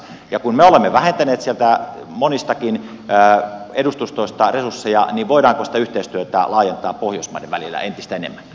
ja kun me olemme vähentäneet monistakin edustustoista resursseja niin voidaanko sitä yhteistyötä laajentaa pohjoismaiden välillä entistä enemmän